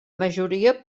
majoria